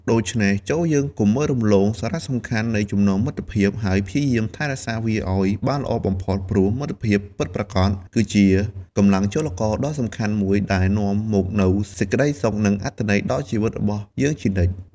ដូច្នេះ ចូរយើងកុំមើលរំលងសារៈសំខាន់នៃចំណងមិត្តភាព ហើយព្យាយាមថែរក្សាវាឱ្យបានល្អបំផុត ព្រោះមិត្តភាពពិតប្រាកដ គឺជាកម្លាំងចលករដ៏សំខាន់មួយដែលនាំមកនូវសេចក្តីសុខ និងអត្ថន័យដល់ជីវិតរបស់យើងជានិច្ច។